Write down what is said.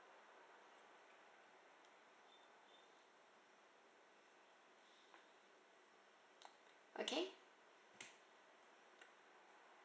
okay